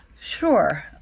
Sure